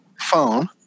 Phone